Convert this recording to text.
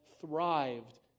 thrived